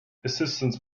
assistance